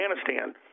Afghanistan